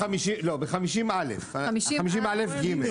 50א(ג)